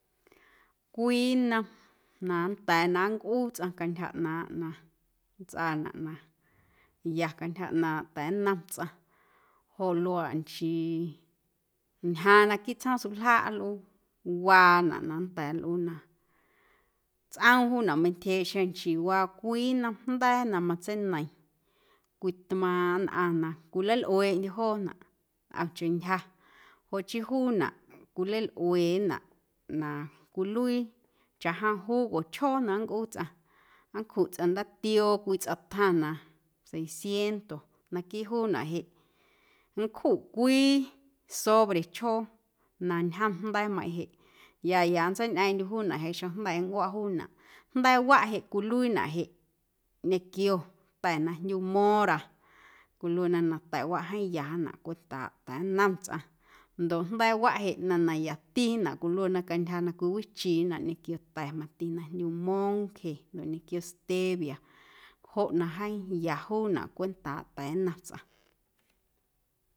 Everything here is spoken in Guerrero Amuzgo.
Cwii nnom na nnda̱a̱ na nncꞌuu tsꞌaⁿ cantyja ꞌnaaⁿꞌ na nntsꞌaanaꞌ na ya cantyja ꞌnaaⁿꞌ ta̱nnom tsꞌaⁿ joꞌ luaꞌ nchii ñjaaⁿ naquiiꞌ tsjoom suljaaꞌ nlꞌuu waanaꞌ na nnda̱a̱ nlꞌuu na tsꞌoom juunaꞌ meiⁿntyjeeꞌ xeⁿ nchii waa cwii nnom jnda̱a̱ na matseineiⁿ cwii tmaaⁿꞌ nnꞌaⁿ na cwilalꞌueeꞌndye joonaꞌ ntꞌomcheⁿ ntyja joꞌ chii juunaꞌ cwileilꞌuenaꞌ na cwiluii chaꞌjom jugochjoo na nncꞌuu tsꞌaⁿ nncjuꞌ tsꞌaⁿ ndaatioo tsꞌom cwii tjaⁿ na seiscientos naquiiꞌ juunaꞌ jeꞌ nncjuꞌ cwii sobrechjoo na ñjom jnda̱a̱meiⁿꞌ jeꞌ ya ya nntseiñꞌeeⁿꞌndyuꞌ juunaꞌ jeꞌ xeⁿjnda̱ nncꞌuaꞌ juunaꞌ jnda̱a̱waꞌ jeꞌ cwiluiinaꞌ jeꞌ ñequio ta̱ na jndyu mora cwiluena na ta̱waꞌ jeeⁿ yanaꞌ cwentaaꞌ ta̱nnom tsꞌaⁿ ndoꞌ jnda̱a̱waꞌ jeꞌ ꞌnaⁿ na yatinaꞌ cwiluena cantyja cwiwichinaꞌ ñequio ta̱ mati na jndyu monje ñequio stevia joꞌ na jeeⁿ ya juunaꞌ cwentaaꞌ ta̱nnom tsꞌaⁿ.